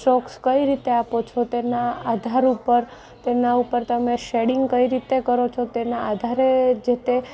strokes કઈ રીતે આપો છો તેના આધાર ઉપર તેના ઉપર તમે શેડિંગ કઈ રીતે કરો છો તેના આધારે જે તે